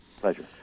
Pleasure